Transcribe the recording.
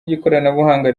ry’ikoranabuhanga